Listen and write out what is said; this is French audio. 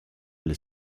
les